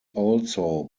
also